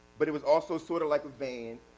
but it was also sort of like a van,